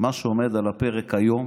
מה שעומד על הפרק היום